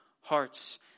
hearts